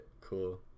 cool